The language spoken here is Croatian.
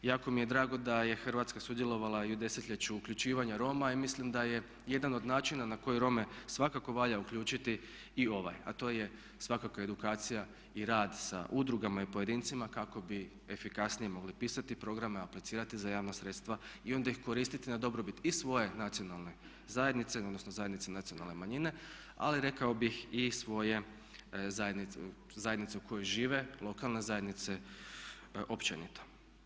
Jako mi je drago da je Hrvatska sudjelovala i u desetljeću uključivanja Roma i mislim da je jedan od načina na koji Rome svakako valja uključiti i ovaj a to je svakako edukacija i rad sa udrugama i pojedincima kako bi efikasnije mogli pisati programe, aplicirati za javna sredstva i onda ih koristiti na dobrobit i svoje nacionalne zajednice, odnosno zajednice nacionalne manjine ali rekao bih i svoje zajednice u kojoj žive, lokalne zajednice općenito.